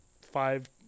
five